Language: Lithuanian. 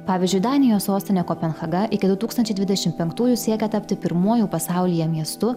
pavyzdžiui danijos sostinė kopenhaga iki du tūkstančiai dvidešimt penktųjų siekia tapti pirmuoju pasaulyje miestu